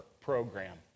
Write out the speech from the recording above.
program